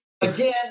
again